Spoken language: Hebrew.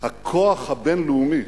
שהכוח הבין-לאומי